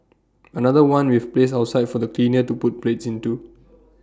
another one we've placed outside for the cleaner to put plates into